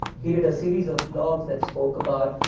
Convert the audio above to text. he did a series of blogs that spoke about,